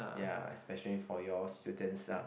ya especially for your students lah